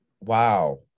Wow